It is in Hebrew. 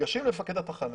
ניגשים למפקד התחנה